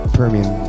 Permian